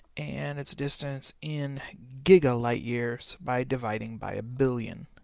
and its distance in giga-light-years by dividing by a billion.